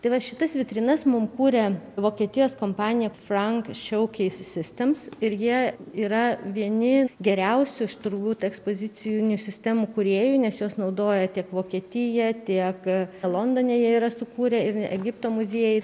tai va šitas vitrinas mum kuria vokietijos kompanija frank šiauk sistems ir jie yra vieni geriausių iš turbūt ekspozicijų sistemų kūrėjų nes juos naudoja tiek vokietija tiek londone jie yra sukūrę ir egipto muziejų